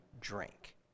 drink